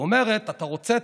היא אומרת: אתה רוצה,